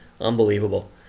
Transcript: Unbelievable